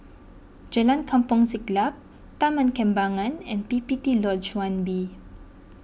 Jalan Kampong Siglap Taman Kembangan and P P T Lodge one B